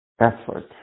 effort